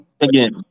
again